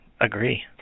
Agree